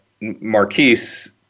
Marquise